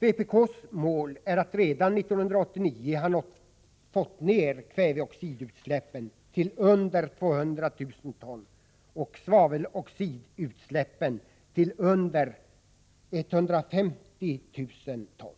Vpk:s mål är att vi redan 1989 skall ha minskat kväveoxidutsläppen till under 200 000 ton och svaveldioxidutsläppen till under 150 000 ton.